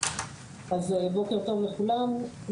בוקר טוב לכולם,